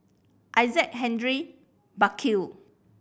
Isaac Henry Burkill